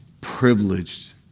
privileged